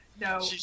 no